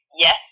yes